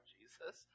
Jesus